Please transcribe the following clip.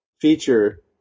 feature